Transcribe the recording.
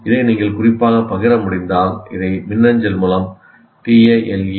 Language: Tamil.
இதை நீங்கள் குறிப்பாகப் பகிர முடிந்தால் இதை மின்னஞ்சல் மூலம் tale